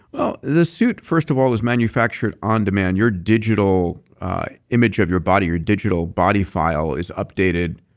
well, the suit first of all is manufactured on demand. your digital image of your body or digital body file is updated